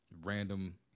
random